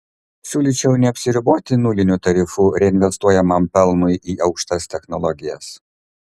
siūlyčiau neapsiriboti nuliniu tarifu reinvestuojamam pelnui į aukštas technologijas